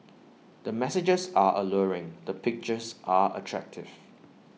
the messages are alluring the pictures are attractive